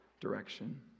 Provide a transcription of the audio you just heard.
direction